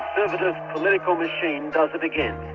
conservative political machine does it again.